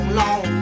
long